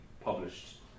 published